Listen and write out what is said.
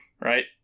right